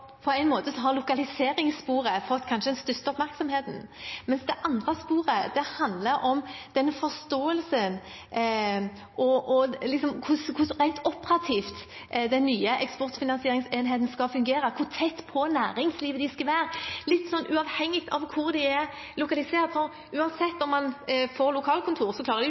har kanskje fått den største oppmerksomheten. Det andre sporet handler om forståelsen av hvordan den nye eksportfinansieringsenheten rent operativt skal fungere, hvor tett på næringslivet de skal være, litt uavhengig av hvor de er lokalisert. Uansett kan de ikke være alle steder i Norge, men de